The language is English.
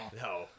no